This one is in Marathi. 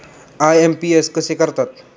आय.एम.पी.एस कसे करतात?